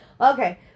okay